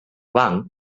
banc